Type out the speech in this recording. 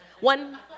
one